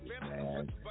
man